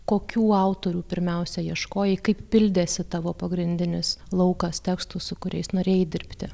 kokių autorių pirmiausia ieškojai kaip pildėsi tavo pagrindinis laukas tekstų su kuriais norėjai dirbti